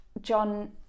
john